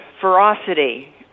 ferocity